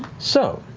so